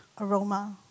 aroma